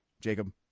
Jacob